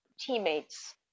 teammates